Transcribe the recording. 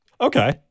Okay